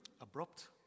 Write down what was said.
abrupt